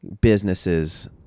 businesses